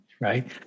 Right